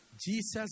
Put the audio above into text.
Jesus